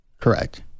Correct